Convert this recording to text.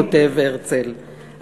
כותב הרצל,